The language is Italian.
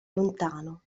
lontano